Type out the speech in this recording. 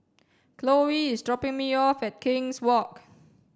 Cloe is dropping me off at King's Walk